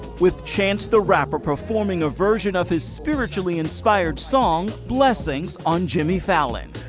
with chance the rapper performing a version of his spiritually inspired song blessings on jimmy fallon.